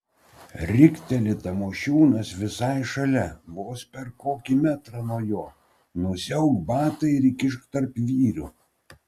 rikteli tamošiūnas visai šalia vos per kokį metrą nuo jo nusiauk batą ir įkišk tarp vyrių